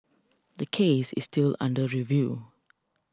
the case is still under review